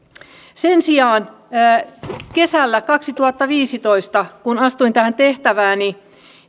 sen sijaan kesällä kaksituhattaviisitoista kun astuin tähän tehtävääni